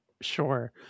sure